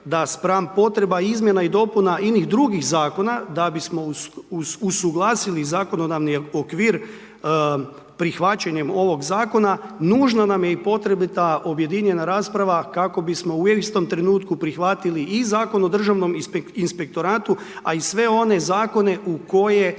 da spram potreba izmjena i dopuna inih drugih zakona da bismo usuglasili zakonodavni okvir prihvaćanjem ovog zakona, nužna nam je i potrebita objedinjena rasprava kako bismo u istom trenutku prihvatili i Zakon o državnom inspektoratu a i sve one zakone u koje